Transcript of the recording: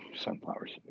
sunflowers